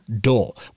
dull